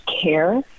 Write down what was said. care